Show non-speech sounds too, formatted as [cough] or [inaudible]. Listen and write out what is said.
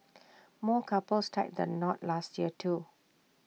[noise] more couples tied the knot last year too